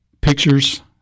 pictures